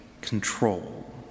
control